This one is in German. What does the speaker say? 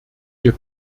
ihr